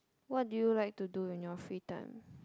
what do you like to do when you are free time